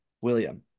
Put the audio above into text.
William